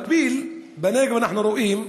במקביל, בנגב אנחנו רואים